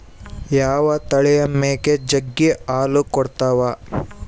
ಯಾವ ತಳಿಯ ಮೇಕೆ ಜಗ್ಗಿ ಹಾಲು ಕೊಡ್ತಾವ?